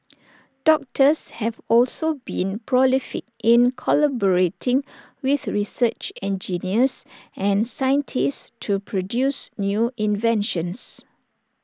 doctors have also been prolific in collaborating with research engineers and scientists to produce new inventions